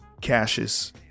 Cassius